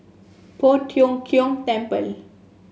Poh Tiong Kiong Temple